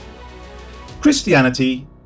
Christianity